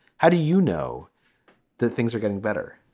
how do you know that things are getting better?